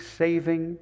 saving